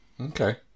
Okay